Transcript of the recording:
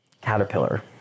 Caterpillar